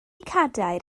cadair